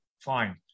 fine